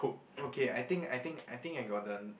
okay I think I think I think I got the